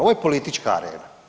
Ovo je politička arena.